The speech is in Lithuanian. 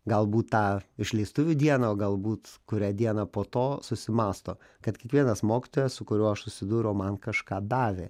galbūt tą išleistuvių dieną o galbūt kurią dieną po to susimąsto kad kiekvienas mokytojas su kuriuo aš susidūriau man kažką davė